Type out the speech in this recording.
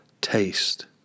taste